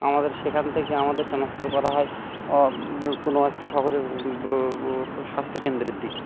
আমাদের সেখান থেকে আমাদের ট্রান্সফার করা হয় কোনো একটা শহরের স্বাস্থ্য কেন্দ্রের দিকে